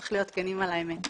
צריך להיות כנים על האמת.